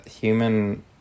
human